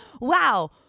wow